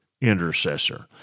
intercessor